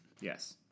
Yes